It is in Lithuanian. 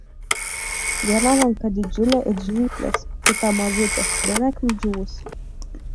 viena ranka didžiulė it žnyplės kita mažutė beveik nudžiūvusi